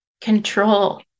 Control